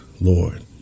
Lord